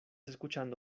escuchando